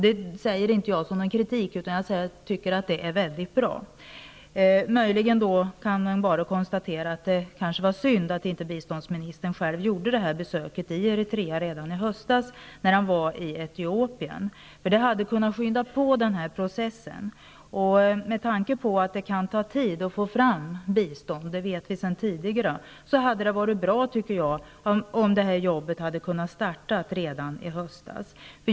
Detta säger jag inte som någon kritik, utan jag tycker att det är väldigt bra. Möjligen kan man konstatera att det kanske var synd att inte biståndsministern själv gjorde ett besök i Eritrea redan i höstas, när han var i Etiopien. Det hade kunnat skynda på processen, och med tanke på att det kan ta tid att få fram bistånd -- det vet vi sedan tidigare -- tycker jag att det hade varit bra om det här jobbet kunnat startas redan i höstas.